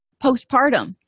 postpartum